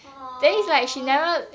!aww!